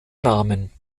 namen